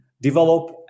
develop